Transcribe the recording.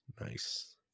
nice